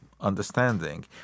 understanding